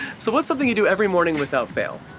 so what's something you do every morning without fail?